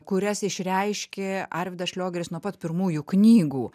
kurias išreiškė arvydas šliogeris nuo pat pirmųjų knygų